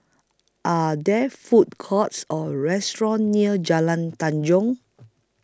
Are There Food Courts Or restaurants near Jalan Tanjong